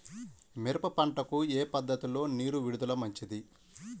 మిరప పంటకు ఏ పద్ధతిలో నీరు విడుదల మంచిది?